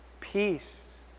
Peace